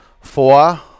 four